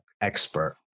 expert